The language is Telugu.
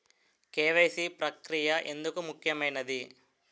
కే.వై.సీ ప్రక్రియ ఎందుకు ముఖ్యమైనది?